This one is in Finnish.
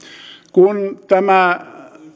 kun tämä